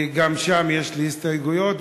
כי גם שם יש לי הסתייגויות,